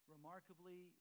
Remarkably